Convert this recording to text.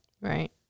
Right